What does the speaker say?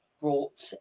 brought